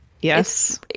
Yes